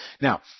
Now